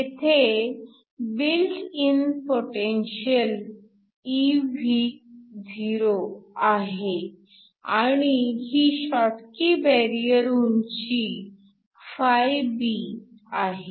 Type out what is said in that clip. येथे येथे built in potential evoआहे आणि ही शॉटकी बॅरिअर उंची φB आहे